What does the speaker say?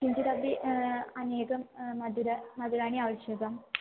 किञ्चिदपि अनेकं मधुरं मधुराणि आवश्यकानि